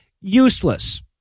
useless